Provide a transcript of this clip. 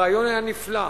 הרעיון היה נפלא,